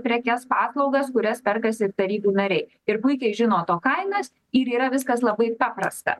prekes paslaugas kurias perkasi ir tarybų nariai ir puikiai žino to kainas ir yra viskas labai paprasta